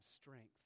strength